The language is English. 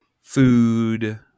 food